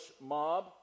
mob